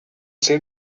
seemed